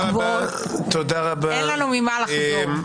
אין לנו ממה לחזור.